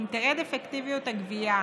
אם תרד אפקטיביות הגבייה